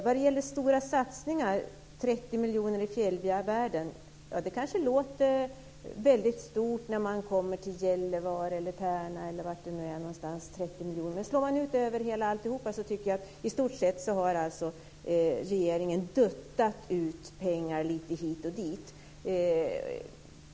När det gäller stora satsningar låter kanske 30 miljoner i fjällvärlden väldigt stort när man kommer till Gällivare, Tärna, osv. Men om man slår ut det över alltihop så tycker jag att regeringen i stort sett har duttat ut pengar lite hit och dit.